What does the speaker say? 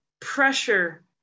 pressure